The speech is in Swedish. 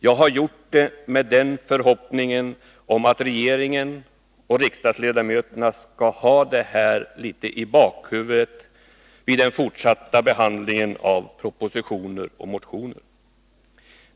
Jag har gjort det med förhoppning om att regeringen och riksdagsledamöterna skall ha det här i bakhuvudet vid den fortsatta behandlingen av propositioner och motioner.